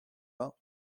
vingts